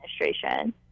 Administration